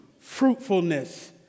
fruitfulness